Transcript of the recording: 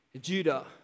Judah